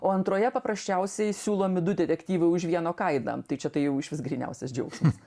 o antroje paprasčiausiai siūlomi du detektyvai už vieno kainą tai čia tai jau išvis gryniausias džiaugsmas